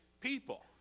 people